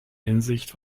hinsicht